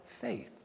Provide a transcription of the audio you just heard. faith